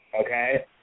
Okay